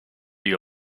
you